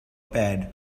pad